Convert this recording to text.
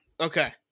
Okay